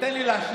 תן לי להשלים,